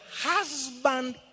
husband